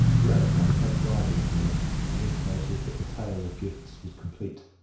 whereupon the head driver appeared and intimated that the tale of gifts was complete.